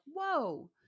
whoa